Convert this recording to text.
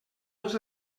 dels